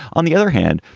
on the other hand,